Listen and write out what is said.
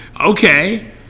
Okay